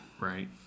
Right